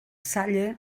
salle